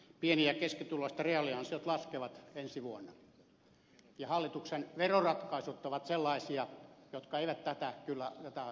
pieni ja keskituloisten reaaliansiot laskevat ensi vuonna ja hallituksen veroratkaisut ovat sellaisia jotka eivät kyllä tätä laskua korvaa